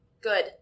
good